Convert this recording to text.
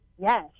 yes